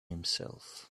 himself